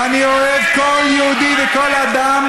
ואני אוהב כל יהודי וכל אדם